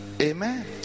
Amen